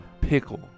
Pickle